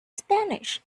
spanish